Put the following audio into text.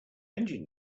engine